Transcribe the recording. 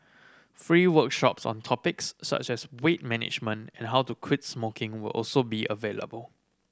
free workshops on topics such as weight management and how to quit smoking will also be available